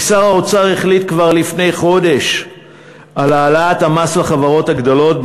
כי שר האוצר החליט כבר לפני חודש על העלאת המס לחברות הגדולות,